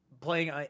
playing